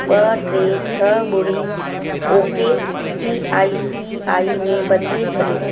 ॿ टे छह ॿुड़ी ओ K C I C I में बदिले छॾो